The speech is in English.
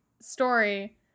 story